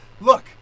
Look